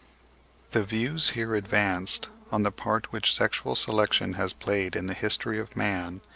the views here advanced, on the part which sexual selection has played in the history of man,